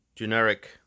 generic